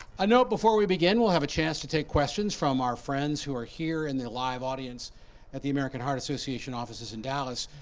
a note before we begin, we'll have a chance to take questions from our friends who are here in the live audience at the american heart association offices in dallas,